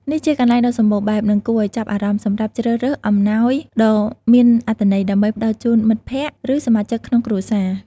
នេះជាកន្លែងដ៏សម្បូរបែប និងគួរឱ្យចាប់អារម្មណ៍ សម្រាប់ជ្រើសរើសអំណោយដ៏មានអត្ថន័យ ដើម្បីផ្ដល់ជូនមិត្តភក្តិ ឬសមាជិកក្នុងគ្រួសារ។